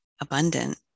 abundant